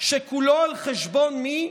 שכולו על חשבון מי?